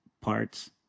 parts